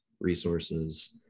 resources